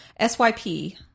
SYP